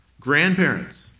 Grandparents